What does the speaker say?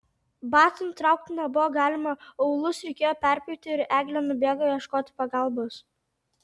batų nutraukti nebuvo galima aulus reikėjo perpjauti ir eglė nubėgo ieškoti pagalbos